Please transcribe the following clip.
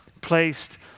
placed